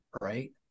right